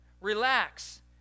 Relax